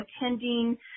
attending